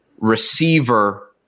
receiver